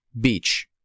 Beach